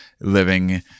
living